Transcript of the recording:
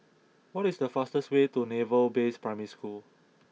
what is the fastest way to Naval Base Primary School